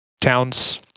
town's